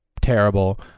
terrible